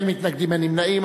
אין מתנגדים, אין נמנעים.